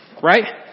Right